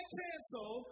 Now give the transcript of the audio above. cancel